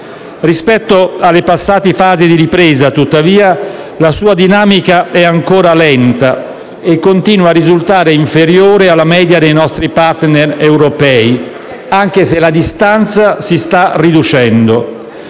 Rispetto alle passate fasi di ripresa, tuttavia, la sua dinamica è ancora lenta e continua a risultare inferiore alla media dei nostri *partner* europei, anche se la distanza si sta riducendo.